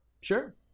Sure